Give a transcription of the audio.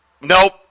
nope